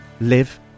live